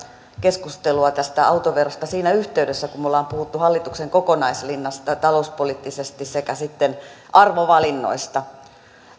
keskustelua tästä autoverosta siinä yhteydessä kun me olemme puhuneet hallituksen kokonaislinjasta sekä talouspoliittisesti että sitten arvovalinnoista